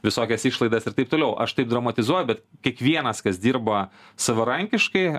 visokias išlaidas ir taip toliau aš taip dramatizuoju bet kiekvienas kas dirba savarankiškai